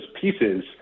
pieces